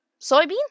Soybean